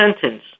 sentence